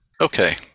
Okay